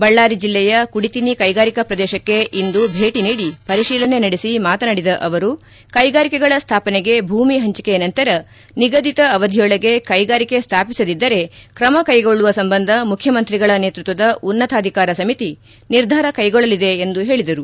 ಬಳ್ಳಾರಿ ಜಿಲ್ಲೆಯ ಕುಡಿತಿನಿ ಕೈಗಾರಿಕಾ ಪ್ರದೇಶಕ್ಕೆ ಇಂದು ಭೇಟ ನೀಡಿ ಪರಿತೀಲನೆ ನಡೆಸಿ ಮಾತನಾಡಿದ ಅವರು ಕೈಗಾರಿಕೆಗಳ ಸ್ಥಾಪನೆಗೆ ಭೂಮಿ ಹಂಚಿಕೆ ನಂತರ ನಿಗದಿತ ಅವಧಿಯೊಳಗೆ ಕೈಗಾರಿಕೆ ಸ್ಥಾಪಿಸದಿದ್ದರೆ ತ್ರಮಕೈಗೊಳ್ಳುವ ಸಂಬಂಧ ಮುಖ್ಯಮಂತ್ರಿಗಳ ನೇತೃತ್ವದ ಉನ್ನತಾಧಿಕಾರ ಸಮಿತಿ ನಿರ್ಧಾರ ಕೈಗೊಳ್ಳಲಿದೆ ಎಂದು ಹೇಳಿದರು